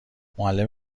معلم